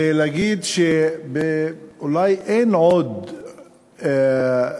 ולהגיד שאולי אין עוד סקטור,